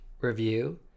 review